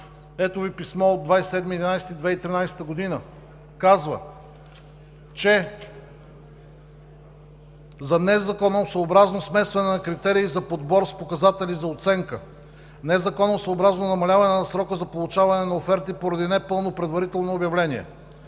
ето Ви писмо от 27.11.2013 г., казва, че за незаконосъобразно смесване на критерий за подбор с показатели за оценка, незаконосъобразно намаляване на срока за получаване на оферти, поради непълно предварително обявление,